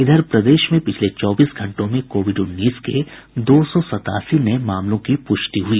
इधर प्रदेश में पिछले चौबीस घंटे में कोविड उन्नीस के दो सौ सत्तासी नये मामलों की पुष्टि हुई